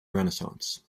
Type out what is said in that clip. renaissance